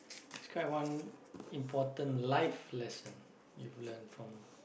describe one important life lesson you've learnt from